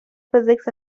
physics